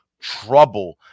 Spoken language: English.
trouble